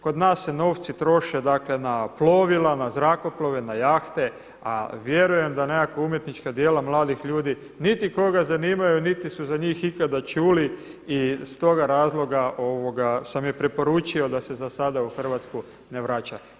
Kod nas se novci troše dakle na plovila, na zrakoplove, na jahte, a vjerujem da nekakva umjetnička djela mladih ljudi niti koga zanimaju, niti su za njih ikada čuli i stoga razloga sam i preporučio da se za sada u Hrvatsku ne vraća.